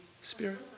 Spirit